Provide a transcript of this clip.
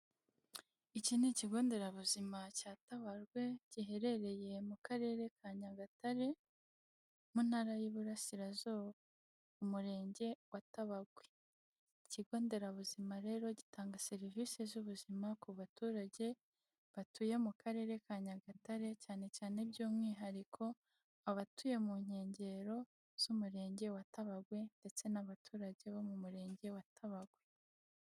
Iki ni ikigo nderabuzima cya Tabagwe, giherereye mu karere ka Nyagatare mu ntara y'Iburasirazuba, umurenge wa Tabagwe, ikigo nderabuzima rero gitanga serivisi z'ubuzima ku baturage batuye mu karere ka Nyagatare, cyane cyane by'umwihariko abatuye mu nkengero z'umurenge wa Tabagwe ndetse n'abaturage bo mu murenge wa Tabagwe.